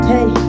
Hey